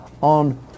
on